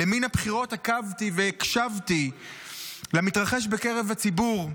"למן הבחירות עקבתי והקשבתי למתרחש בקרב הציבור,